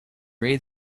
read